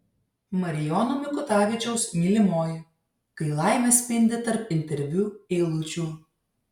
marijono mikutavičiaus mylimoji kai laimė spindi tarp interviu eilučių